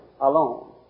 alone